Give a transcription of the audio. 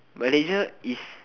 Malaysia is